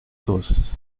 doce